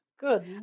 good